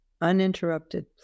uninterrupted